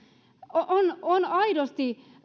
on on aidosti